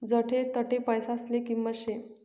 जठे तठे पैसासले किंमत शे